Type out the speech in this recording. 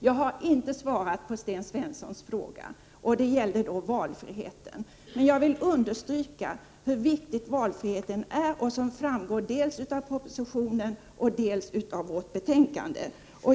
Jag har inte svarat på Sten Svenssons fråga om valfrihet. Man jag vill understryka hur viktig valfriheten är. Det framgår dels av propositionen, dels av vårt betänkande.